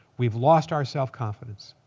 we've lost our self-confidence.